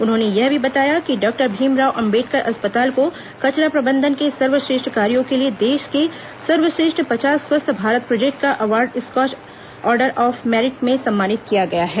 उन्होंने यह भी बताया कि डॉक्टर भीमराव अंबेडकर अस्पताल को कचरा प्रबंधन के सर्वश्रेष्ठ कार्यों के लिए देश के सर्वश्रेष्ठ पचास स्वस्थ भारत प्रोजेक्ट का award Skoch order of merit से सम्मानित किया गया है